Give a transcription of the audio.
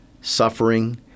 suffering